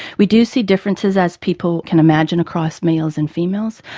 we do see differences, as people can imagine, across males and females,